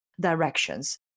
directions